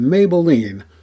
Maybelline